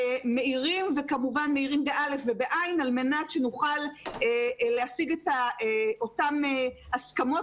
מעירים וכמובן גם מאירים על מנת שנוכל להשיג את אותן הסכמות